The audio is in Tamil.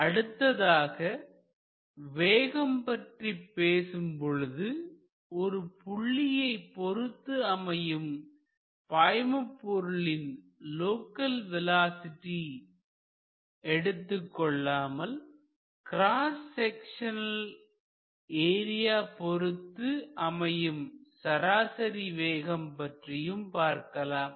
அடுத்ததாக வேகம் பற்றி பேசும்பொழுது ஒரு புள்ளியை பொருத்து அமையும் பாய்மபொருளின் லோக்கல் வேலோஸிட்டி எடுத்துக்கொள்ளாமல் கிராஸ் செக்சநல் ஏரியா பொறுத்து அமையும் சராசரி வேகத்தை பற்றியும் பார்க்கலாம்